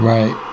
Right